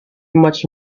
much